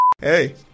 hey